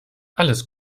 alles